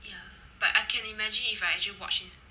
ya but I can imagine if I actually watch this